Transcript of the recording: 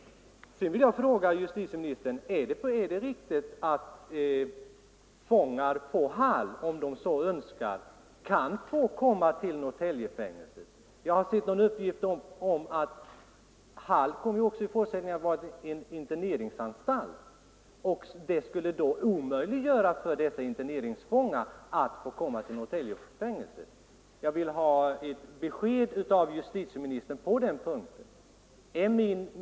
Sedan vill jag fråga justitieministern: Är det riktigt att fångar på Hall, om de så önskar, kan få komma till Norrtäljefängelset? Jag har sett en uppgift om att Hall i fortsättningen kommer att vara en interneringsanstalt. Det skulle då bli omöjligt för dess klientel, som alltså blir interneringsfångar, att få komma till Norrtäljefängelset. Jag vill ha ett besked från justitieministern på denna punkt.